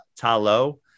Talo